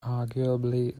arguably